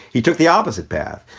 he took the opposite path.